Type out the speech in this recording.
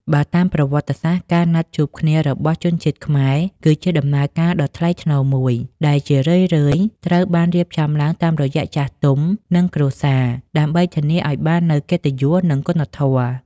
បើតាមប្រវត្តិសាស្ត្រ ការណាត់ជួបគ្នារបស់ជនជាតិខ្មែរគឺជាដំណើរការដ៏ថ្លៃថ្នូរមួយ ដែលជារឿយៗត្រូវបានរៀបចំឡើងតាមរយៈចាស់ទុំ និងគ្រួសារ ដើម្បីធានាឱ្យបាននូវ "កិត្តិយស" និង "គុណធម៌"។